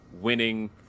winning